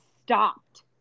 stopped